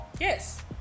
yes